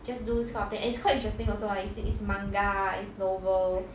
just do this kind of thing and it's quite interesting also ah it is it's manga is novel